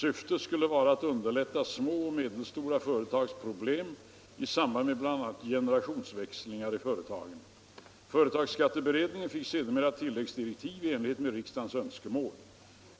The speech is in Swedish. Syftet skulle vara att underlätta små och medelstora företags problem i samband med bl.a. generationsväxlingar i företagen. Företagsskatteberedningen fick sedermera tilläggsdirektiv i enlighet med riksdagens önskemål.